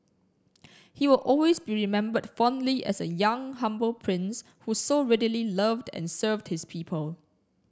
he will always be remembered fondly as a young humble prince who so readily loved and served his people